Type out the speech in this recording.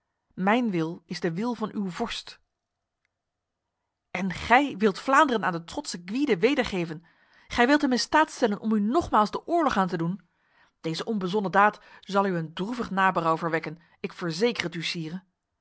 mijn wil is de wil van uw vorst en gij wilt vlaanderen aan de trotse gwyde wedergeven gij wilt hem in staat stellen om u nogmaals de oorlog aan te doen deze onbezonnen daad zal u een droevig naberouw verwekken ik verzeker het u sire